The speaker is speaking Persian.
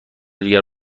دیگر